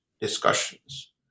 discussions